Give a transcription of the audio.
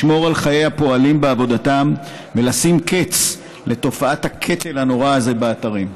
לשמור על חיי הפועלים בעבודתם ולשים קץ לתופעת הקטל הנורא הזה באתרים.